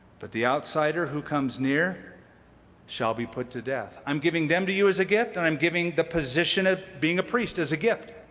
but the outsider who comes near shall be put to death. i'm giving them to you as a gift. i'm giving the position of being a priest as a gift.